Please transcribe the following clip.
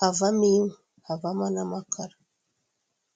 Havamo inkwi, havamo n'amakara.